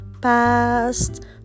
Past